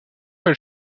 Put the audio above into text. elle